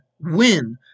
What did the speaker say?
win